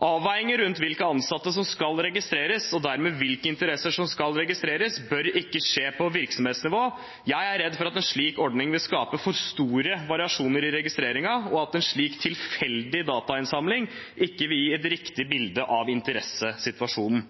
Avveiinger rundt hvilke ansatte som skal registreres, og dermed hvilke interesser som skal registreres, bør ikke skje på virksomhetsnivå. Jeg er redd for at en slik ordning vil skape for store variasjoner i registreringen, og at en slik tilfeldig datainnsamling ikke vil gi et riktig bilde av interessesituasjonen.